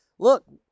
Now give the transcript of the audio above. Look